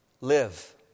live